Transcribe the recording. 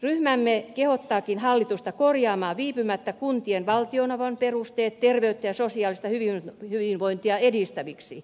ryhmämme kehottaakin hallitusta korjaamaan viipymättä kuntien valtionavun perusteet terveyttä ja sosiaalista hyvinvointia edistäviksi